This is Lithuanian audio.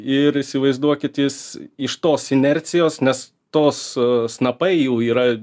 ir įsivaizduokit jis iš tos inercijos nes tos snapai jų yra